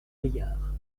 vrillard